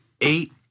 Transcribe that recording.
eight